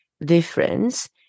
difference